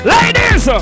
Ladies